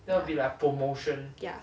ya